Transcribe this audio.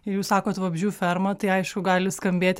jūs sakot vabzdžių ferma tai aišku gali skambėti